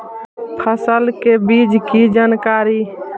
फसल के बीज की जानकारी?